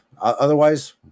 otherwise